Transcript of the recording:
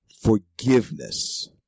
forgiveness